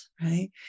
right